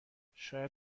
شاید